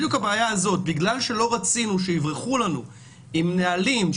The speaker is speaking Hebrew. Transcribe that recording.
מכיוון שלא רצינו שיברחו לנו עם נהלים,